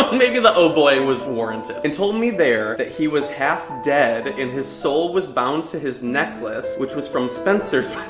maybe the oh boy was warranted. and told me there that he was half dead and his soul was bound to his necklace which was from spencer's.